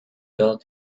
girl